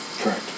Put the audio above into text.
Correct